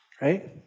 Right